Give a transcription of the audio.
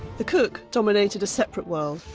the cook dominated a separate world,